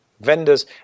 vendors